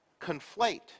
conflate